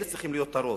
אלה צריכים להיות הרוב.